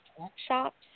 workshops